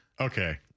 Okay